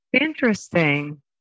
Interesting